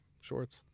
shorts